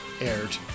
aired